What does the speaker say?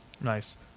Nice